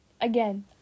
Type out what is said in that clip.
Again